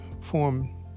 form